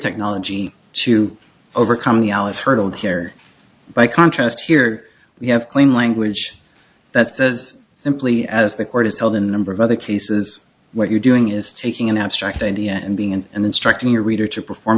technology to overcome the alice hurdle here by contrast here we have clean language that says simply as the court is held in a number of other cases what you're doing is taking an abstract idea and being and instructing your reader to perform